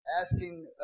asking